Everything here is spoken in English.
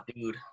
dude